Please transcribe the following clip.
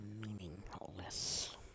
meaningless